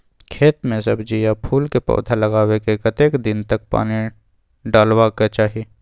खेत मे सब्जी आ फूल के पौधा लगाबै के कतेक दिन तक पानी डालबाक चाही?